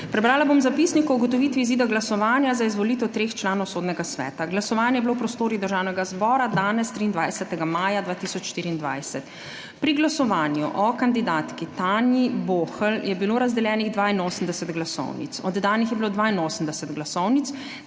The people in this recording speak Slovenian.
Prebrala bom zapisnik o ugotovitvi izida glasovanja za izvolitev treh članov Sodnega sveta. Glasovanje je bilo v prostorih Državnega zbora danes, 23. maja 2024. Pri glasovanju o kandidatki Tanji Bohl je bilo razdeljenih 82 glasovnic, oddanih je bilo 82 glasovnic,